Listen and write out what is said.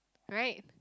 right